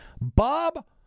Bob